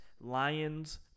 Lions